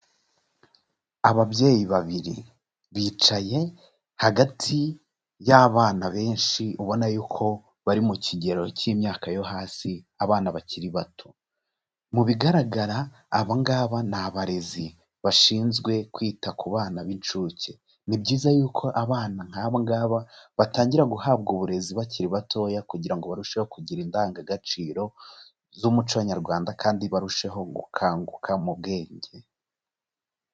Ababyeyi babiri, bicaye hagati y'abana benshi ubona yuko bari mu kigero cy'imyaka yo hasi abana bakiri bato, mu bigaragara aba ngaba ni abarezi bashinzwe kwita ku bana b'inshuke, ni byiza yuko abana nk'aba ngaba batangira guhabwa uburezi bakiri batoya kugira ngo barusheho kugira indangagaciro z'umuco Nyarwanda, kandi barusheho gukanguka mu bwenge.